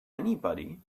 anybody